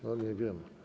No nie wiem.